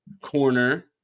corner